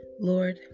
Lord